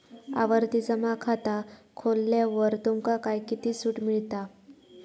आवर्ती जमा खाता खोलल्यावर तुमका काय किती सूट मिळता?